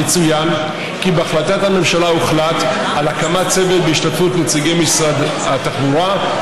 יצוין שבהחלטת הממשלה הוחלט על הקמת צוות בהשתתפות נציגי משרד התחבורה,